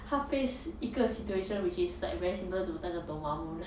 他 face 一个 situation which is like very similar to 那个 dormammu